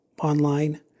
online